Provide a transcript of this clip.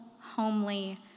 homely